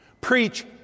preach